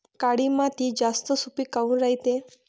काळी माती जास्त सुपीक काऊन रायते?